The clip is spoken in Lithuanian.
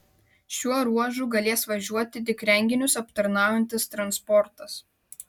šiuo ruožu galės važiuoti tik renginius aptarnaujantis transportas